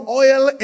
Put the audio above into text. oil